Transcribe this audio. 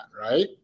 right